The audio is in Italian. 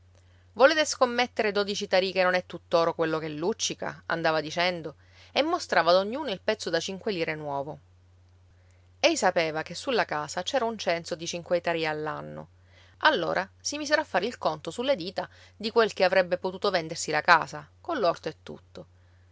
volete scommettere dodici tarì che non è tutt'oro quello che luccica andava dicendo e mostrava ad ognuno il pezzo da cinque lire nuovo ei sapeva che sulla casa c'era un censo di cinque tarì all'anno allora si misero a fare il conto sulle dita di quel che avrebbe potuto vendersi la casa coll'orto e tutto